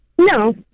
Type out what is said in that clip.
No